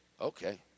Okay